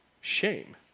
shame